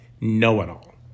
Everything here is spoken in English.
know-it-all